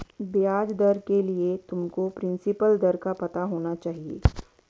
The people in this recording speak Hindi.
ब्याज दर के लिए तुमको प्रिंसिपल दर का पता होना चाहिए